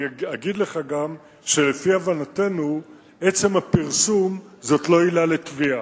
אני אגיד לך גם שלפי הבנתנו עצם הפרסום זה לא עילה לתביעה,